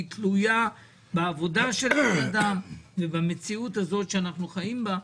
תלויה בעבודה של הבן אדם ובמציאות הזאת שאנחנו חיים בה,